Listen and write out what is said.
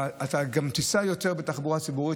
אתה גם תיסע יותר בתחבורה ציבורית,